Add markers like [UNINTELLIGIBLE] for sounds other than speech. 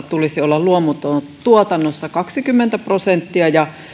[UNINTELLIGIBLE] tulisi olla suomen peltoalasta luomutuotannossa kaksikymmentä prosenttia ja